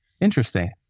Interesting